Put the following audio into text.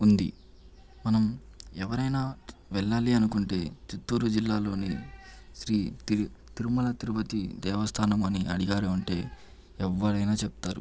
ఉంది మనం ఎవరైనా వెళ్ళాలి అనుకుంటే చిత్తూరు జిల్లాలోని శ్రీ తిరు తిరుమల తిరుపతి దేవస్థానమని అడిగారంటే ఎవ్వరైనా చెప్తారు